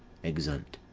exeunt.